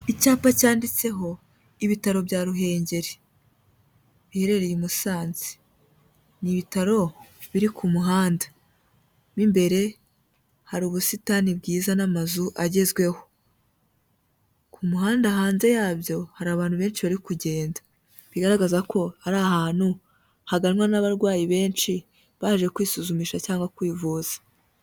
Icyapa cyanditseho Ibitaro bya Ruhengeri biherereye i Musanze, ni ibitaro biri ku muhanda, mo imbere hari ubusitani bwiza n'amazu agezweho, ku muhanda hanze yabyo hari abantu benshi bari kugenda, bigaragaza ko ari ahantu haganwa n'abarwayi benshi baje kwisuzumisha cyangwa kwivuza.